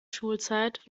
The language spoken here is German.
schulzeit